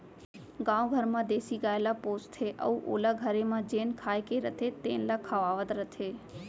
गाँव घर म देसी गाय ल पोसथें अउ ओला घरे म जेन खाए के रथे तेन ल खवावत रथें